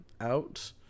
out